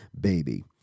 baby